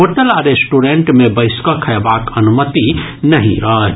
hotel आ restaurant मे बैसि कऽ खएबाक अनुमति नहि अछि